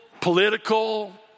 political